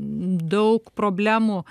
daug problemų